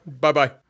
Bye-bye